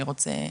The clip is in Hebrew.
מי רוצה,